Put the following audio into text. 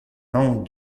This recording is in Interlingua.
non